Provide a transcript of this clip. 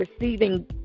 receiving